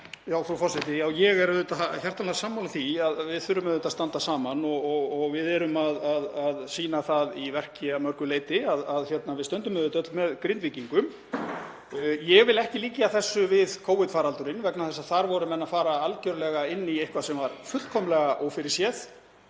Frú forseti. Ég er hjartanlega sammála því að við þurfum auðvitað að standa saman og við erum að sýna það í verki að mörgu leyti að við stöndum öll með Grindvíkingum. Ég vil ekki líkja þessu við Covid-faraldurinn vegna þess að þar voru menn að fara algjörlega inn í eitthvað sem var fullkomlega ófyrirséð,